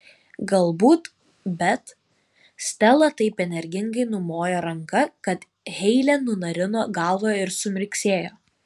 gal galbūt bet stela taip energingai numojo ranka kad heile nunarino galvą ir sumirksėjo